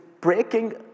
breaking